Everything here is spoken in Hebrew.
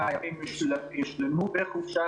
ונשמח לדעת אם הם סגורים ביניהם,